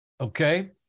Okay